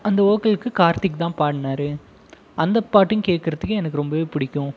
அந்த வோக்கலுக்கு கார்த்திக் தான் பாடினாரு அந்த பாட்டையும் கேட்குறத்துக்கு எனக்கு ரொம்பவே பிடிக்கும்